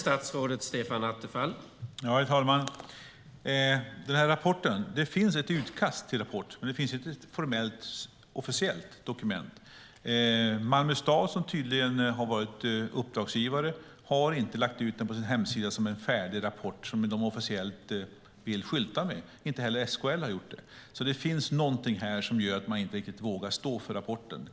Herr talman! Det finns ett utkast till den rapporten, men det finns inget officiellt dokument. Malmö stad, som tydligen har varit uppdragsgivare, har inte lagt ut den på sin hemsida som en färdig rapport som man officiellt vill skylta med. Inte heller SKL har gjort det. Det är någonting här som gör att man inte riktigt vågar stå för rapporten.